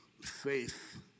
faith